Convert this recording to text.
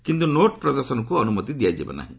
କିନ୍ତୁ ନୋଟ୍ ପ୍ରଦର୍ଶନକୁ ଅନୁମତି ଦିଆଯିବ ନାହିଁ